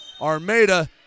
Armada